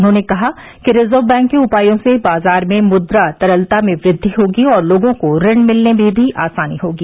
उन्होंने कहा कि रिजर्व बैंक के उपायों से बाजार में मुद्रा तरलता में वृद्वि होगी और लोगों को ऋण मिलने में भी आसानी होगी